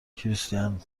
کریستین